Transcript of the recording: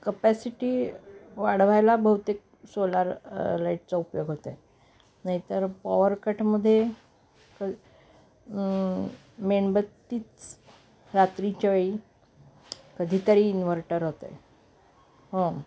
capacity वाढवायला बहुतेक solar लाईटचा उपयोग होतो आहे नाही तर पॉवर कटमध्ये मेणबत्तीच रात्रीच्या वेळी कधीतरी इन्वर्टर होतं आहे हं